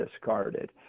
discarded